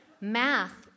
Math